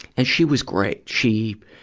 and she was great. she,